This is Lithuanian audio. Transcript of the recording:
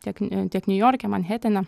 tiek ni tiek niujorke manhetene